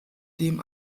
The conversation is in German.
dem